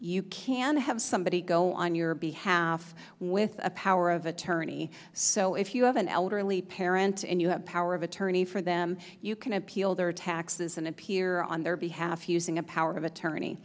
you can have somebody go on your behalf with a power of attorney so if you have an elderly parent and you have power of attorney for them you can appeal their taxes and appear on their behalf using a power of attorney